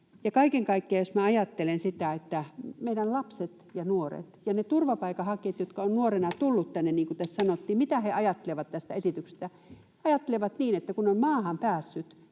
Kaiken kaikkiaan minä ajattelen sitä, mitä meidän lapset ja nuoret ja ne turvapaikanhakijat, jotka ovat nuorena tulleet tänne, niin kuin tässä sanottiin, ajattelevat tästä esityksestä. He ajattelevat niin, että kun on maahan päässyt,